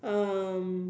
um